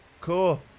cool